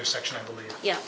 other section i believe yeah